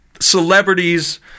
celebrities